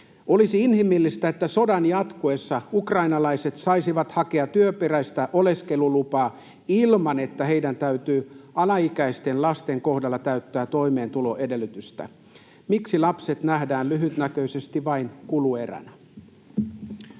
Olisi inhimillistä, että sodan jatkuessa ukrainalaiset saisivat hakea työperäistä oleskelulupaa ilman, että heidän täytyy alaikäisten lasten kohdalla täyttää toimeentuloedellytys. Miksi lapset nähdään lyhytnäköisesti vain kulueränä?